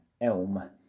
ELM